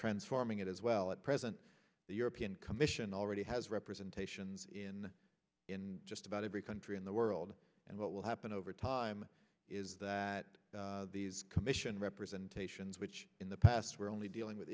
transforming it as well at present the european commission already has representations in in just about every country in the world and what will happen over time is that these commission representations which in the past were only dealing with